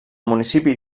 municipi